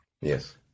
Yes